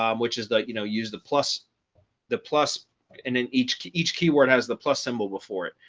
um which is the you know, use the plus the plus and then each each keyword has the plus symbol before it,